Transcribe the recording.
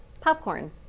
popcorn